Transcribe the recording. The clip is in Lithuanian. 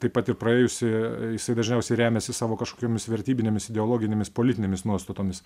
taip pat ir praėjusį jisai dažniausiai remiasi savo kažkokiomis vertybinėmis ideologinėmis politinėmis nuostatomis